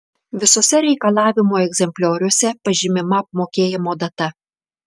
visuose reikalavimų egzemplioriuose pažymima apmokėjimo data